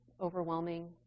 overwhelming